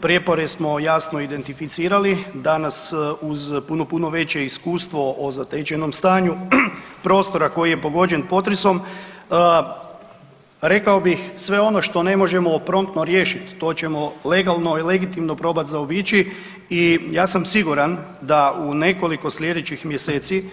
Prijepore smo jasno identificirali, danas uz puno, puno veće iskustvo o zatečenom stanju prostora koji je pogođen potresom, rekao bih sve ono što ne možemo promptno riješiti, to ćemo legalno i legitimno probati zaobići i ja sam siguran da u nekoliko sljedećih mjeseci,